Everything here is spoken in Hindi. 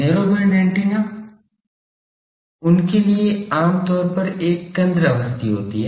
नैरो बैंड एंटेना उनके लिए आम तौर पर एक केंद्र आवृत्ति होती है